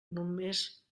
només